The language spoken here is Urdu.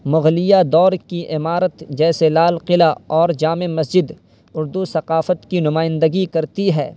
مغلیہ دور کی عمارت جیسے لال قلعہ اور جامع مسجد اردو ثقافت کی نمائندگی کرتی ہے